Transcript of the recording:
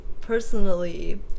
personally